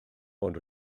ond